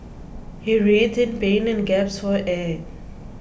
he writhed in pain and gasped for air